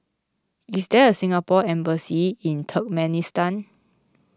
is there a Singapore Embassy in Turkmenistan